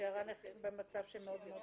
מאשר --- זה לא מדויק.